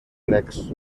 grecs